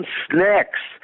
snacks